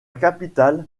capitale